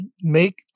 make